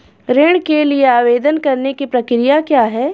ऋण के लिए आवेदन करने की प्रक्रिया क्या है?